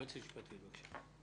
היועצת המשפטית, בבקשה.